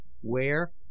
Where